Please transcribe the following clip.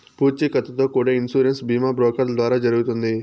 పూచీకత్తుతో కూడా ఇన్సూరెన్స్ బీమా బ్రోకర్ల ద్వారా జరుగుతుంది